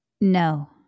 No